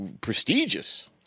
prestigious